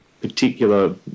particular